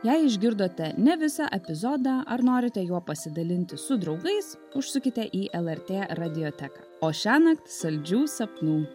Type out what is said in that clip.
jei išgirdote ne visą epizodą ar norite juo pasidalinti su draugais užsukite į lrt radioteką o šiąnakt saldžių sapnų